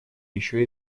еще